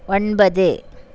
ஒன்பது